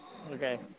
Okay